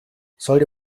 sollte